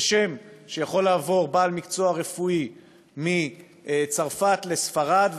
כשם שיכול לעבור בעל מקצוע רפואי מצרפת לספרד,